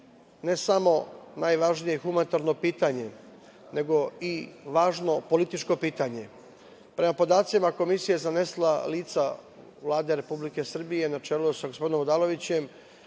ne samo najvažnije humanitarno pitanje, nego i važno političko pitanje. Prema podacima Komisije za nestala lica Vlade Republike Srbije, na čelu sa gospodinom Odalovićem,